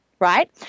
Right